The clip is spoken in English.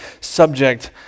subject